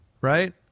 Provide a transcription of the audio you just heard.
right